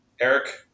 Eric